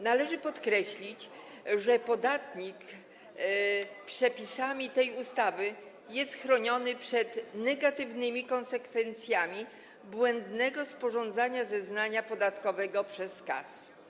Należy podkreślić, że podatnik przepisami tej ustawy jest chroniony przed negatywnymi konsekwencjami błędnego sporządzenia zeznania podatkowego przez KAS.